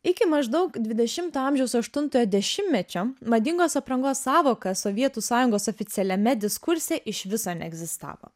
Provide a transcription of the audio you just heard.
iki maždaug dvidešimto amžiaus aštuntojo dešimtmečio madingos aprangos sąvoka sovietų sąjungos oficialiame diskurse iš viso neegzistavo